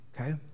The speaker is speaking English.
okay